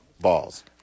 balls